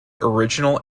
original